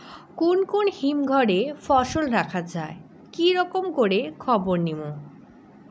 কুন কুন হিমঘর এ ফসল রাখা যায় কি রকম করে খবর নিমু?